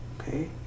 Okay